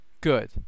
Good